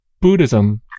Buddhism